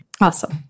Awesome